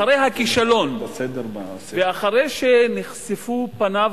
אחרי הכישלון ואחרי שנחשפו בוושינגטון פניו